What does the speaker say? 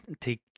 take